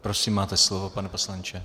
Prosím máte slovo, pane poslanče.